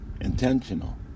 intentional